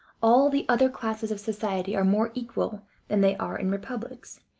all the other classes of society are more equal than they are in republics.